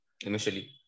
initially